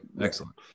excellent